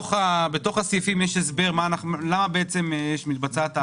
בתוך הסעיפים יש הסבר, למה מתבצעת ההעברה.